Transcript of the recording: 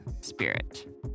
spirit